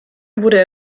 wurde